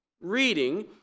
reading